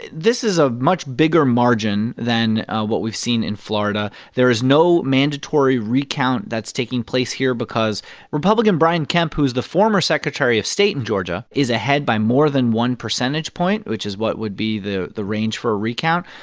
this is a much bigger margin than what we've seen in florida. there is no mandatory recount that's taking place here because republican brian kemp, who's the former secretary of state in georgia, is ahead by more than one percentage point, which is what would be the the range for a recount.